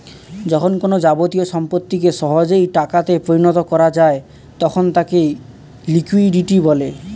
যখন কোনো যাবতীয় সম্পত্তিকে সহজেই টাকা তে পরিণত করা যায় তখন তাকে লিকুইডিটি বলে